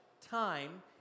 time